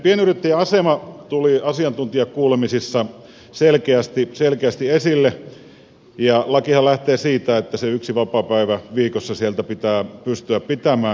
pienyrittäjien asema tuli asiantuntijakuulemisissa selkeästi esille ja lakihan lähtee siitä että se yksi vapaapäivä viikossa siellä pitää pystyä pitämään